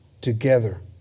together